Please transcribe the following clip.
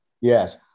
yes